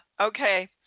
Okay